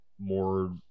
more